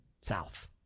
south